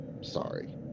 Sorry